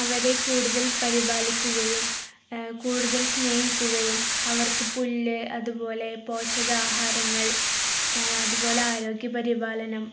അവരെ കൂടുതൽ പരിപാലിക്കുകയും കൂടുതൽ സ്നേഹിക്കുകയും അവർക്കു പുല്ല് അതുപോലെ പോഷകാഹാരങ്ങൾ അതുപോലെ ആരോഗ്യപരിപാലനം